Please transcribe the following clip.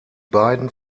beiden